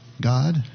God